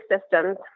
systems